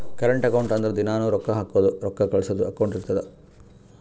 current account ಅಂದುರ್ ದಿನಾನೂ ರೊಕ್ಕಾ ಹಾಕದು ರೊಕ್ಕಾ ಕಳ್ಸದು ಅಕೌಂಟ್ ಇರ್ತುದ್